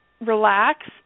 relax